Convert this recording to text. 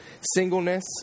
singleness